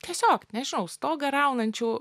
tiesiog nežinau stogą raunančių